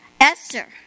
Esther